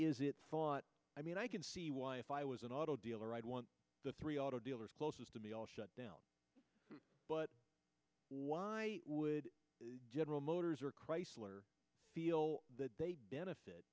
it i mean i can see why if i was an auto dealer i'd want the three auto dealers close to me all shut down but why would general motors or chrysler feel that they benefit